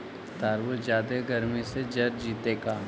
तारबुज जादे गर्मी से जर जितै का?